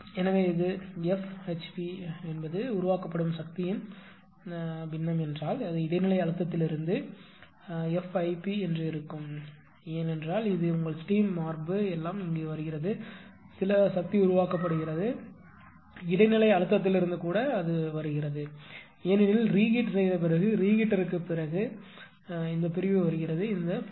எனவே இது F HP ஆனது உருவாக்கப்படும் சக்தியின் பின்னம் என்றால் இது இடைநிலை அழுத்தத்திலிருந்து F IP ஆகும் ஏனென்றால் இது உங்கள் ஸ்டீம் மார்பு எல்லாம் இங்கு வருகிறது சில சக்தி உருவாக்கப்படும் இடைநிலை அழுத்தத்திலிருந்து கூட அது வரும் ஏனெனில் ரீஹீட்டர் செய்த பிறகு ரீஹீட்டருக்குப் பிறகு பிரிவு வருகிறது இந்த பிரிவு